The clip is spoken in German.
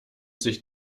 sich